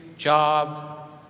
job